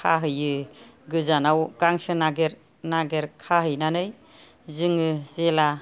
खाहैयो गोजानाव गांसो नागिर नागिर खाहैनानै जोङो जेब्ला